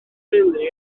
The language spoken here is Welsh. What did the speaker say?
teulu